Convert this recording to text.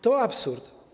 To absurd.